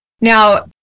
Now